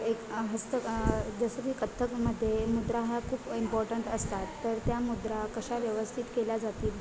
एक हस्तक जसं की कथ्थकमध्ये मुद्रा हा खूप इम्पॉर्टंट असतात तर त्या मुद्रा कशा व्यवस्थित केल्या जातील